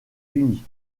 unis